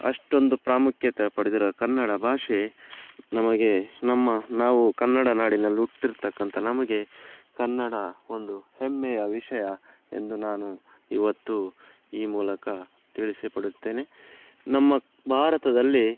ಅಷ್ಟೊಂದು ಪ್ರಾಮುಖ್ಯತೆ ಪಡೆದಿರೋ ಕನ್ನಡ ಭಾಷೆ ನಮಗೆ ನಮ್ಮ ನಾವು ಕನ್ನಡ ನಾಡಿನಲ್ಲಿ ಹುಟ್ಟಿರ್ತಕ್ಕಂಥ ನಮಗೆ ಕನ್ನಡ ಒಂದು ಹೆಮ್ಮೆಯ ವಿಷಯ ಎಂದು ನಾನು ಇವತ್ತು ಈ ಮೂಲಕ ತಿಳಿಸಪಡುತ್ತೇನೆ ನಮ್ಮ ಭಾರತದಲ್ಲಿ